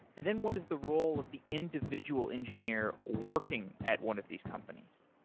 and then what is the role of the individual engineer working at one of these companies?